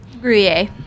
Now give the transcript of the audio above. Gruyere